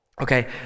Okay